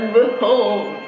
behold